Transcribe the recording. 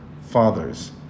fathers